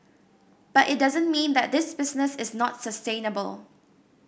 but it doesn't mean that this business is not sustainable